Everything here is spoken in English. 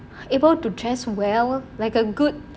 able to dress well like a good